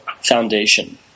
foundation